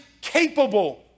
capable